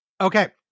Okay